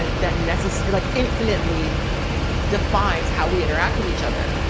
that nessus like infinitely defines how we interact with each other.